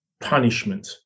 punishment